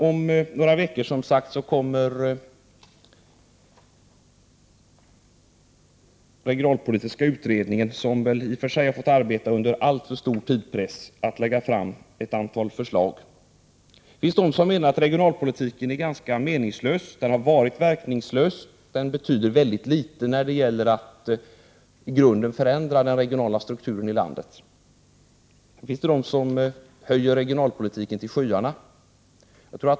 Om några veckor kommer den regionalpolitiska utredningen — som i och för sig arbetat under alltför stor tidspress — att lägga fram ett antal förslag. Det finns de som menar att regionalpolitiken är ganska meningslös. Den har varit verkningslös och den betyder mycket litet när det gäller att i grunden förändra den regionala strukturen i landet. Sedan finns de som höjer regionalpolitiken till skyarna.